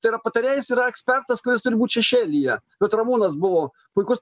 tai yra patarėjas yra ekspertas kuris turi būt šešėlyje bet ramūnas buvo puikus